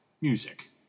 Music